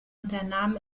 unternahm